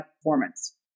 performance